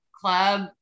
club